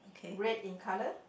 red in colour